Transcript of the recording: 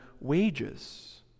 wages